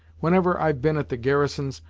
whenever i've been at the garrisons,